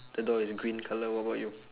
the door is green colour what about you